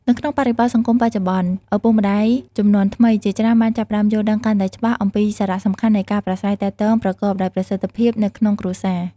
នៅក្នុងបរិបទសង្គមបច្ចុប្បន្ន ឪពុកម្ដាយជំនាន់ថ្មីជាច្រើនបានចាប់ផ្ដើមយល់ដឹងកាន់តែច្បាស់អំពីសារៈសំខាន់នៃការប្រាស្រ័យទាក់ទងប្រកបដោយប្រសិទ្ធភាពនៅក្នុងគ្រួសារ។